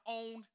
own